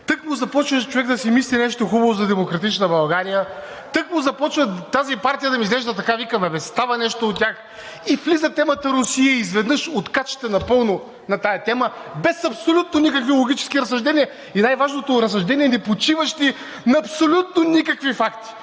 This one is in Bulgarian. Тъкмо започне човек да си мисли нещо хубаво за „Демократична България“, тъкмо започна тази партия да ми изглежда, така – викам: абе става нещо от тях, влиза темата „Русия“ и изведнъж откачате напълно на тази тема, без абсолютно никакви логически разсъждения, и най-важното, разсъждения, непочиващи на абсолютно никакви факти!